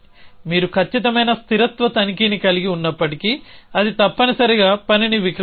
మీరు ఖచ్చితమైన స్థిరత్వ తనిఖీని కలిగి ఉన్నప్పటికీ అది తప్పనిసరిగా పనిని విక్రయిస్తుంది